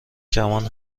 کمان